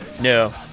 No